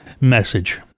message